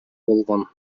болгон